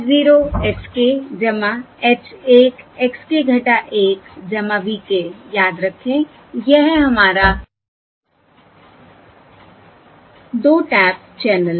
h 0 x k h 1 x k 1 v k याद रखें यह हमारा दो टैप चैनल है